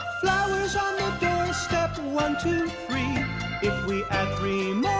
flowers on the doorstep, one, two, three if we add three